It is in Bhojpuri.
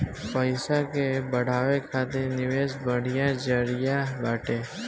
पईसा के बढ़ावे खातिर निवेश बढ़िया जरिया बाटे